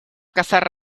cazar